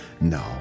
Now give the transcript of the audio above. No